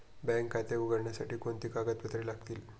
Bank खाते उघडण्यासाठी कोणती कागदपत्रे लागतील?